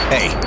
Hey